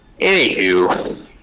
Anywho